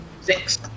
Six